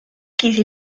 kisi